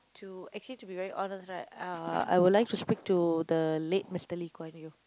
to actually to be very honest right uh I would like to speak to the late Mister Lee-Kuan-Yew